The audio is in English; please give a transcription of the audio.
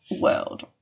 world